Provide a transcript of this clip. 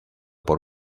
por